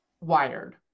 wired